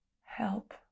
help